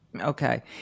okay